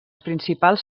principals